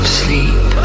sleep